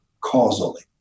causally